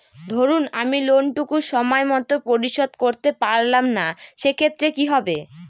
ধরুন আমি লোন টুকু সময় মত পরিশোধ করতে পারলাম না সেক্ষেত্রে কি হবে?